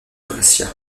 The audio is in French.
brescia